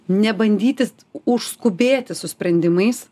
nebandyti užskubėti su sprendimais